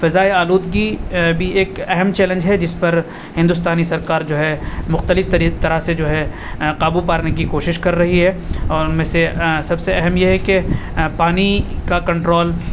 فضائی آلودگی بھی ایک اہم چیلنج ہے جس پر ہندوستانی سرکار جو ہے مختلف طرح سے جو ہے قابو پارنے کی کوشش کر رہی ہے اور ان میں سے سب سے اہم یہ ہے کہ پانی کا کنٹرول